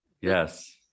Yes